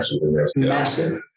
massive